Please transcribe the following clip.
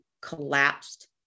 collapsed